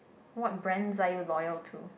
what brands are you loyal to